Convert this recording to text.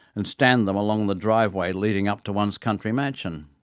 and stand them along the driveway leading up to one's country mansion.